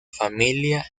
familia